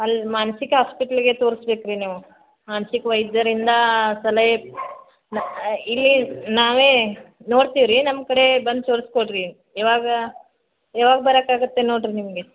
ಅಲ್ಲಿ ಮಾನಸಿಕ ಹಾಸ್ಪೆಟ್ಲಿಗೆ ತೋರ್ಸ್ಬೇಕು ರೀ ನೀವು ಮಾನಸಿಕ ವೈದ್ಯರಿಂದ ಸಲಹೆ ಇಲ್ಲಿ ನಾವೇ ನೋಡ್ತೀವಿ ರೀ ನಮ್ಕಡೆ ಬಂದು ತೋರ್ಸ್ಕೊಲ್ ರೀ ಯಾವಾಗ ಯಾವಾಗ ಬರಕ್ಕಾಗುತ್ತೆ ನೋಡ್ರಿ ನಿಮಗೆ